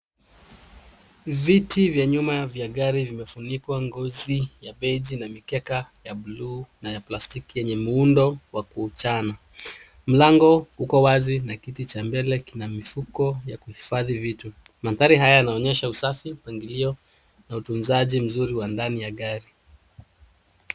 Viti vya nyuma vya gari vimefunikwa ngozi ya begi na mikeka ya blue na ya plastiki yenye muundo wa kuchana. Mlango uko wazi na kiti cha mbele kina mifuko ya kuhifadhi vitu. Mandhari haya yanaonyesha usafi, mpangilio, na utunzaji mzuri wa ndani ya gari.